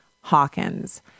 Hawkins